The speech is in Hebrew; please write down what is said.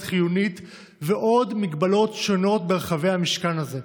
חיונית ועוד הגבלות שונות ברחבי המשכן הזה.